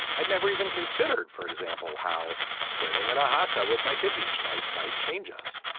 i'd never even considered for example how swimming in a hot tub with my kids each night might change us.